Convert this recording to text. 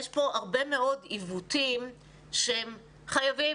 יש פה הרבה מאוד עיוותים שהם חייבים